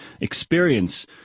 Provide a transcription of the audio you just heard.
experience